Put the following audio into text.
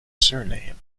surname